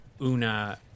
Una